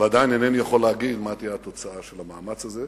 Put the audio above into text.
אבל עדיין איני יכול להגיד מה תהיה התוצאה של המאמץ הזה,